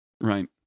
right